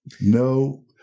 No